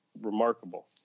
remarkable